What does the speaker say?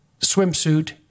swimsuit